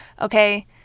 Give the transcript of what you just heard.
Okay